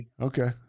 Okay